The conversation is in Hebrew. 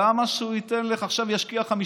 למה שהיא תשקיע עכשיו 5,